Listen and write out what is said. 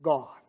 God